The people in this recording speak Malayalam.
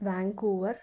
ബാങ്കുവർ